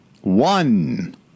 one